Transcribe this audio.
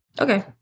Okay